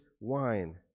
wine